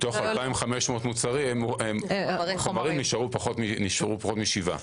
מתוך 2,500 חומרים נשארו פחות משבעה.